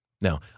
Now